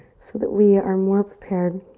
so that we are more prepared